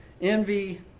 Envy